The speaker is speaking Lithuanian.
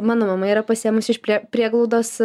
mano mama yra pasiėmus iš prie prieglaudos